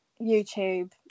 YouTube